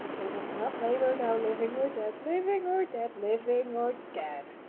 abel cannot claim her now living or dead living or dead! living or dead